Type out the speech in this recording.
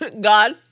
God